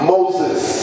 Moses